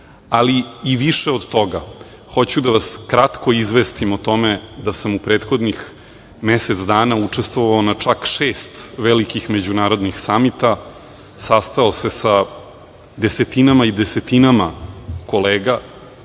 svoje prisustvo. Hoću da vas kratko izvestim o tome da sam u prethodnih mesec dana učestvovao na čak šest velikih međunarodnih samita. Sastao se sa desetinama i desetinama kolega,